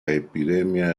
epidemia